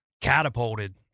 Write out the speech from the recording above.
catapulted